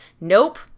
Nope